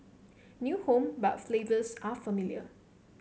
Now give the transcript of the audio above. new home but flavors are familiar